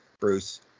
Bruce